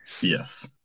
Yes